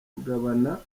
kugabana